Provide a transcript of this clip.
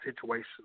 situations